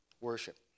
worship